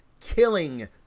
killing